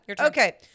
Okay